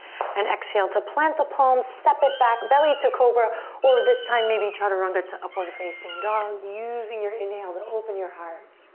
and exhale to plant the palms, step it back, belly to cobra or this time maybe chaturanga to upward facing dog. using your inhale to open your heart.